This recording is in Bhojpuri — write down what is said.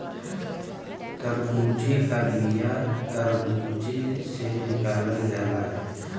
तरबूजे का बिआ तर्बूजे से निकालल जाला